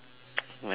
like